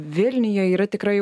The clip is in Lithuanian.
vilniuje yra tikrai